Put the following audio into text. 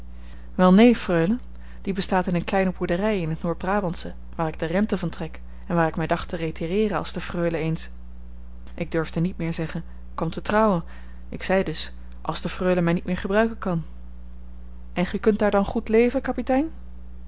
wel neen freule die bestaat in eene kleine boerderij in t noordbrabantsche waar ik de rente van trek en waar ik mij dacht te retireeren als de freule eens ik durfde niet meer zeggen kwam te trouwen ik zei dus als de freule mij niet meer gebruiken kan en kunt ge daar dan goed leven kapitein